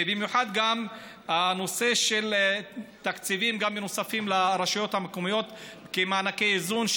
ובמיוחד גם הנושא של תקציבים נוספים לרשויות המקומיות כמענקי איזון,